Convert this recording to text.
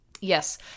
Yes